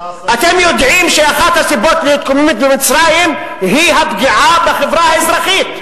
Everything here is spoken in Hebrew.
אתם יודעים שאחת הסיבות להתקוממות במצרים היא הפגיעה בחברה האזרחית.